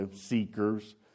seekers